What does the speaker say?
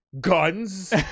guns